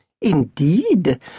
Indeed